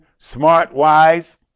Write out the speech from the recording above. SmartWise